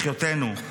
אחיותינו,